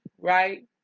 right